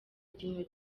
ikintu